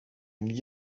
and